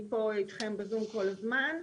אני פה אתכם בזום כל הזמן.